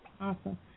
Awesome